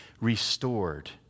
restored